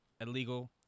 illegal